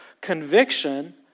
conviction